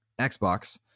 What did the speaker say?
xbox